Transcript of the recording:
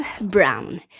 Brown